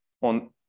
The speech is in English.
On